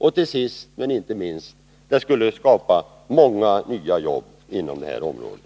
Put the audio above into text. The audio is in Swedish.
Och sist men inte minst: det skulle skapa många nya jobb inom det här området.